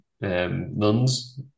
nuns